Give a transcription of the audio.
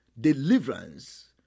Deliverance